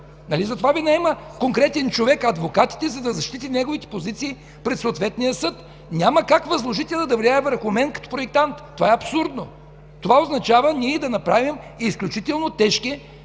затова се наема конкретен човек, адвокат, за да защити неговите интереси пред съответния съд?! Няма как възложителят да влияе върху мен като проектант. Това е абсурдно! Това означава да направим изключително тежки